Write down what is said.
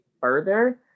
further